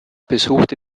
besuchte